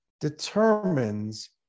determines